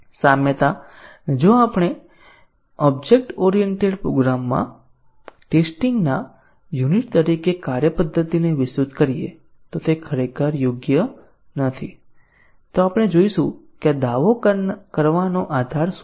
સામ્યતા જો આપણે ઓબ્જેક્ટ ઓરિએન્ટેડ પ્રોગ્રામમાં ટેસ્ટીંગ ના યુનિટ તરીકે કાર્ય પદ્ધતિને વિસ્તૃત કરીએ તો તે ખરેખર યોગ્ય નથી તો આપણે જોઈશું કે આ દાવો કરવાનો આધાર શું છે